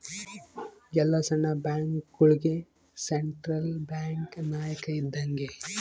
ಎಲ್ಲ ಸಣ್ಣ ಬ್ಯಾಂಕ್ಗಳುಗೆ ಸೆಂಟ್ರಲ್ ಬ್ಯಾಂಕ್ ನಾಯಕ ಇದ್ದಂಗೆ